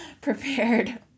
Prepared